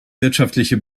wirtschaftliche